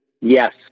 Yes